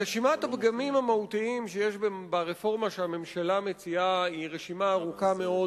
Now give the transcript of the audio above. רשימת הפגמים המהותיים שיש ברפורמה שהממשלה מציעה היא רשימה ארוכה מאוד,